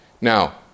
Now